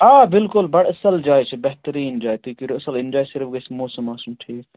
آ بلکل بَڑٕ اصٕل جاے چھِ بہتریٖن جاے تُہۍ کٔرِو اصٕل ایٚنٛجواے صِرِف گَژھِ موٗسم آسُن ٹھیٖک